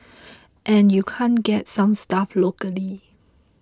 and you can't get some stuff locally